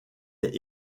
est